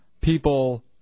people